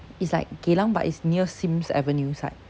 it's like geylang but it's near sim's avenue side